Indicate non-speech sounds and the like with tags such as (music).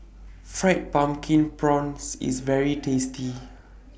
(noise) Fried Pumpkin Prawns IS very tasty